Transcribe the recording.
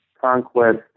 conquest